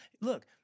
Look